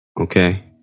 Okay